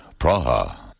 Praha